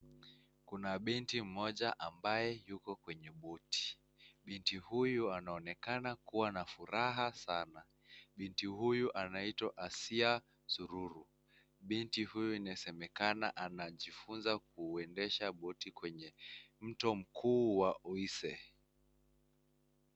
Kuna binti mmoja ambaye yuko kwenye boti. Binti huyu anaonekana kuwa na furaha sana. Binti huyu anaitwa Asia Sururu. Binti huyu anasemekana anajifunza kuendesha boti kwenye mto mkuu wa Oise.